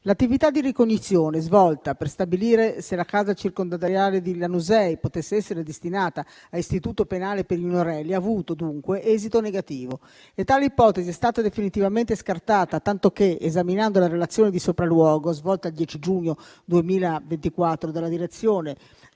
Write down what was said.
L'attività di ricognizione svolta per stabilire se la casa circondariale di Lanusei potesse essere destinata a istituto penale per i minorenni ha avuto dunque esito negativo. Tale ipotesi è stata definitivamente scartata, tanto che, esaminando la relazione di sopralluogo, svolto il 10 giugno 2024 dalla direzione